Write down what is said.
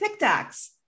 TikToks